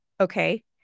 okay